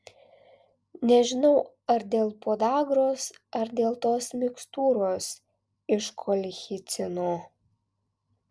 nežinau ar dėl podagros ar dėl tos mikstūros iš kolchicino